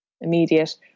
immediate